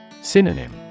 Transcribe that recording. Synonym